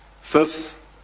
Fifth